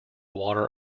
water